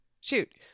Shoot